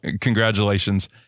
Congratulations